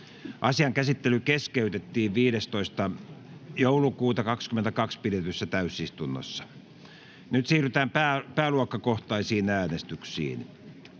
Asian käsittely keskeytettiin 15.12.2022 pidetyssä täysistunnossa. Siirrytään pääluokkakohtaisiin äänestyksiin.